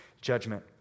judgment